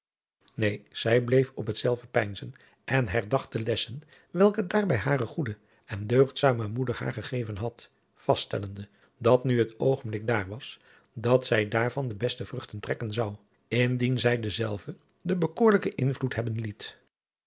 neen zij bleef op hetzelve peinzen en herdacht de lessen welke daarbij hare goede en deugdzame moeder haar gegeven had vaststellende dat nu het oogenblik dààr was dat zij daarvan de beste vruchten trekken zou indien zij dezelve den behoorlijken invloed hebben liet